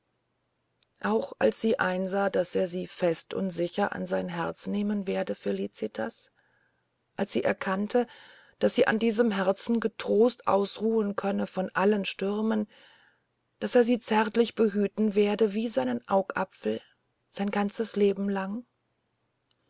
auch als sie einsah daß er sie fest und sicher an sein herz nehmen werde felicitas als sie erkannte daß sie an diesem herzen getrost ausruhen könne von allen stürmen daß er sie zärtlich behüten werde wie seinen augapfel sein ganzes leben lang